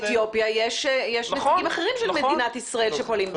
למשל באתיופיה יש נציגים אחרים של מדינת ישראל שפועלים.